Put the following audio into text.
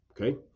Okay